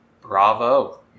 Bravo